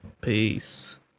Peace